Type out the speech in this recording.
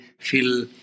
feel